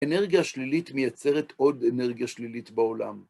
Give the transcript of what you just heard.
אנרגיה שלילית מייצרת עוד אנרגיה שלילית בעולם.